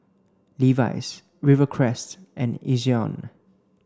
Levi's Rivercrest and Ezion